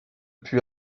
put